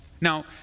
Now